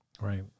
Right